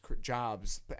jobs